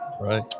Right